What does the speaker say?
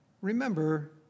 Remember